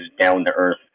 down-to-earth